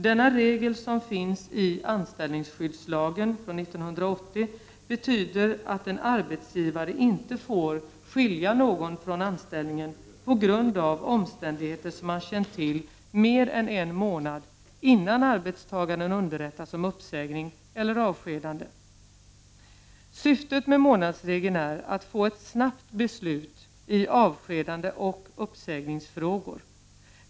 Denna regel, som finns i anställningsskyddslagen , innebär att en arbetsgivare inte får skilja någon från anställningen på grund av omständigheter som han känt till mer än en månad, innan arbetstagaren underrättas om uppsägning eller avskedande. Syftet med månadsregeln är att få ett snabbt beslut i avskedandeoch uppsägningsfrågor.